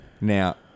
Now